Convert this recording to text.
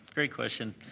great question.